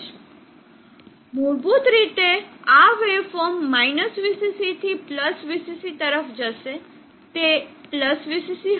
તો ચાલો આપણે ઝીરો ક્રોસિંગ ડિટેક્ટર પછી જોઈએ તમે જોશો કે મારી પાસે આ વેવ સ્વરૂપો છે જે મૂળભૂત રીતે આ વેવફોર્મ -VCC થી VCC તરફ જશે તે VCC હશે આ -VCC હશે